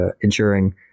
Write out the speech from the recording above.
ensuring